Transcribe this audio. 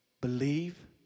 Believe